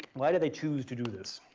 why did they choose to do this?